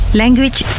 language